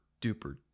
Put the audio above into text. duper